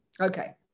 Okay